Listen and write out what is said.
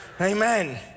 Amen